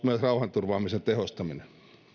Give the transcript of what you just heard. myös rauhanturvaamisen tehostaminen